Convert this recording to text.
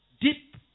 deep